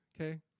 okay